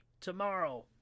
tomorrow